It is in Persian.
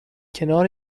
کنار